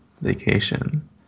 vacation